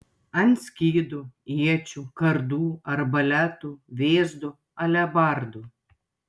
ant skydų iečių kardų arbaletų vėzdų alebardų